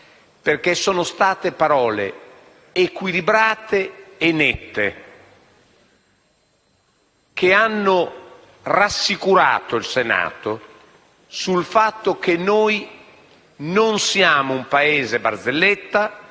ha espresso parole equilibrate e nette che hanno rassicurato il Senato sul fatto che noi non siamo un Paese barzelletta